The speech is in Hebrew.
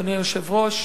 אדוני היושב-ראש.